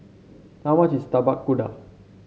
how much is Tapak Kuda